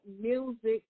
Music